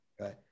okay